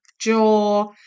Jaw